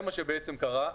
זה מה שבעצם קרה.